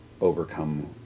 overcome